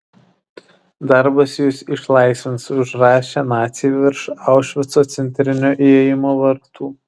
darbas jus išlaisvins užrašė naciai virš aušvico centrinio įėjimo vartų